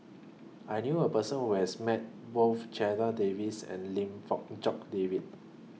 I knew A Person Who has Met Both Checha Davies and Lim Fong Jock David